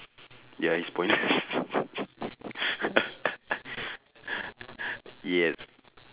ya it's pointless yes